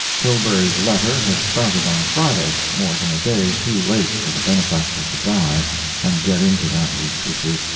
tilbury's letter had started on friday, more than a day too late for the benefactor to die and get into that week's issue,